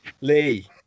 Lee